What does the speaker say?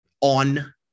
on